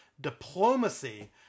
diplomacy